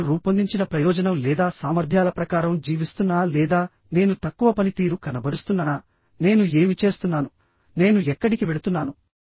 నేను రూపొందించిన ప్రయోజనం లేదా సామర్థ్యాల ప్రకారం జీవిస్తున్నానా లేదా నేను తక్కువ పనితీరు కనబరుస్తున్నానా నేను ఏమి చేస్తున్నాను నేను ఎక్కడికి వెళుతున్నాను